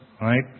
right